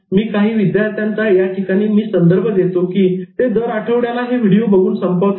मी काही विद्यार्थ्यांचा याठिकाणी मी संदर्भ देतो की ते दर आठवड्याला हे व्हिडिओ बघून संपवतात